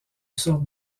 sorte